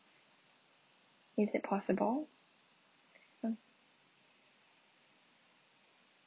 is it possible uh